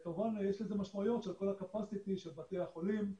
כמובן שיש לזה משמעויות של כל הקאפסיטי של בתי החולים,